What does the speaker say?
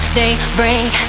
daybreak